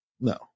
No